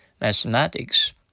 Mathematics